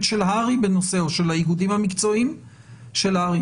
של הר"י בנושא או של האיגודים המקצועיים של הר"י.